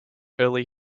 early